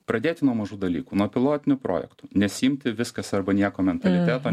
pradėti nuo mažų dalykų nuo pilotinių projektų nesiimti viskas arba nieko mentaliteto